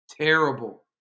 terrible